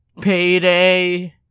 Payday